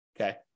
okay